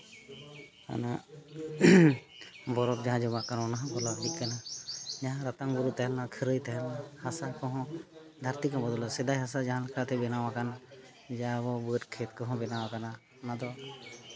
ᱚᱱᱟ ᱵᱚᱨᱚᱯᱷ ᱡᱟᱦᱟᱸ ᱡᱚᱢᱟᱜ ᱠᱟᱱᱟ ᱚᱱᱟᱦᱚᱸ ᱜᱚᱞᱟᱣ ᱤᱫᱤᱜ ᱠᱟᱱᱟ ᱡᱟᱦᱟᱸ ᱨᱟᱛᱟᱝ ᱵᱩᱨᱩ ᱛᱟᱦᱮᱸ ᱞᱮᱱᱟ ᱠᱷᱟᱹᱨᱟᱹᱭ ᱛᱟᱦᱮᱸ ᱞᱮᱱᱟ ᱦᱟᱥᱟ ᱠᱚᱦᱚᱸ ᱫᱷᱟᱹᱨᱛᱤ ᱠᱚᱦᱚᱸ ᱵᱚᱫᱚᱞᱚᱜᱼᱟ ᱥᱮᱫᱟᱭ ᱦᱟᱥᱟ ᱡᱟᱦᱟᱸ ᱞᱮᱠᱟᱛᱮ ᱵᱮᱱᱟᱣ ᱟᱠᱟᱱ ᱡᱟᱦᱟᱸ ᱟᱵᱚᱣᱟᱜ ᱵᱟᱹᱫᱽ ᱠᱷᱮᱛ ᱠᱚᱦᱚᱸ ᱵᱮᱱᱟᱣ ᱟᱠᱟᱱᱟ ᱚᱱᱟᱫᱚ